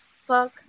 fuck